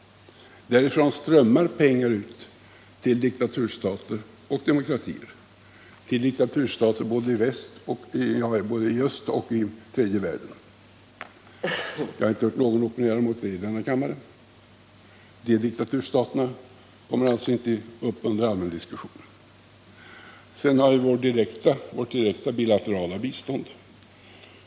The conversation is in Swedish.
Därifrån strömmar pengar ut till diktaturstater, både i öst och i tredje världen, och till demokratier. Jag har inte hört någon opponera mot det i denna kammare. De diktaturstaterna kommer alltså inte upp till allmän diskussion. Sedan har vi vårt direkta bilaterala bistånd.